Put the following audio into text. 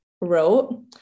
wrote